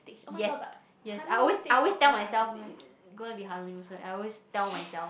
yes yes I always I always tell myself it's gonna be honeymoon soon I always tell myself